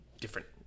different